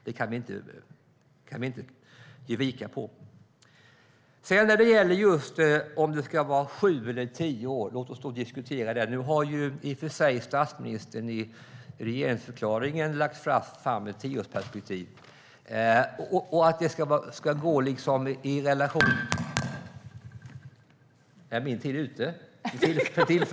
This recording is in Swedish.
Det kan vi inte ge vika på. Låt oss diskutera om det ska vara sju eller tio år, även om statsministern i regeringsförklaringen i och för sig har lagt fram ett tioårsperspektiv.